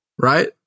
right